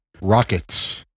Rockets